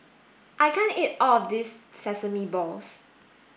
I can't eat all of this sesame balls